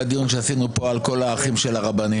הדיון שעשינו פה על כל האחים של הרבנים?